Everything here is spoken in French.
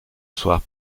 soir